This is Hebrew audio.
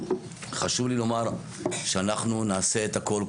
חשוב לי לומר שאנחנו נעשה את הכול,